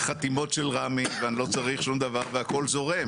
חתימות של רמ"י ואני לא צריך שום דבר והכל זורם.